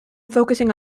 focusing